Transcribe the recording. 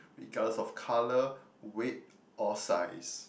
regardless of colour weight or size